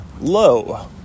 low